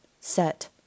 set